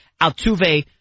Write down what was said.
Altuve